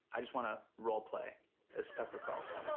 i just want to role play as tucker carlson.